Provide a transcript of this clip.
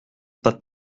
pas